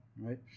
Right